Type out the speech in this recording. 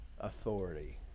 authority